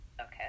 Okay